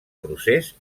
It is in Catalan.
procés